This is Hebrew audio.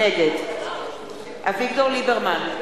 נגד אביגדור ליברמן,